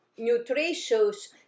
nutritious